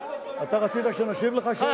אתה רצית שנשיב לך על השאלות?